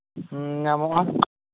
ᱧᱟᱢᱚᱜᱼᱟ